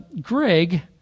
Greg